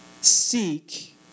Seek